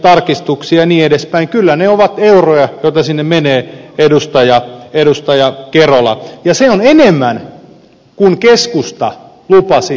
kyllä ne ovat euroja joita sinne menee edustaja kerola ja se on enemmän kuin keskusta lupasi vaaleissa